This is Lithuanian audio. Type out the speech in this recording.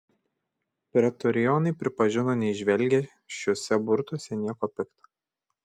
pretorionai pripažino neįžvelgią šiuose burtuose nieko pikta